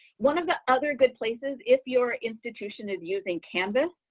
one of the other good places, if your institution is using canvas,